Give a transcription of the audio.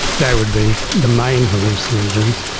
they would be the main hallucinogens.